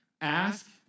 ask